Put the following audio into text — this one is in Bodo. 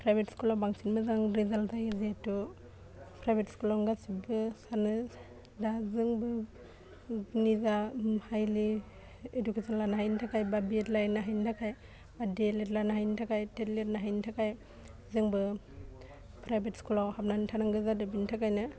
प्राइभेट स्कुलाव बांसिन मोजां रिजाल्ट फैयो जेहेथु प्राइभेट स्कुलावनो गासिबो सानो दा जोंबो निजा हाइलि इडुकेशन लानो हायैनि थाखाय बा बिएड लायनो हायैनि थाखाय बा दिएलेड लानो हायैनि थाखाय टेड लिरनो हायैनि थाखाय जोंबो प्राइभेट स्कुलाव हाबनानै थानांगौ जादों बिनि थाखायनो